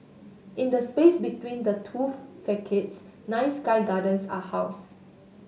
in the space between the two facades nine sky gardens are housed